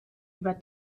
über